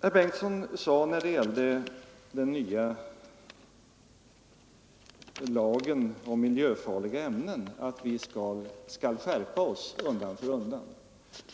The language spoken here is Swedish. Beträffande den nya lagen om miljöfarliga ämnen sade herr Bengtsson sedan att vi skall skärpa oss undan för undan.